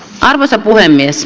arvoisa puhemies